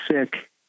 sick